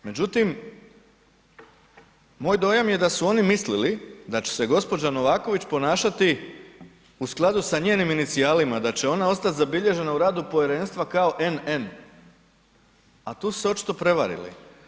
Međutim, moj dojam je da su oni mislili da će se gospođa Novaković ponašati u skladu sa njenim inicijalima, da će ona ostati zabilježena u radu povjerenstva kao NN a tu su se očito prevarili.